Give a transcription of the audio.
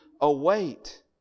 await